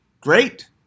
Great